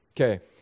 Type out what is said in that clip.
Okay